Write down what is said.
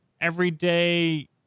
everyday